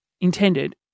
intended